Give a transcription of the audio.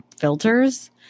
filters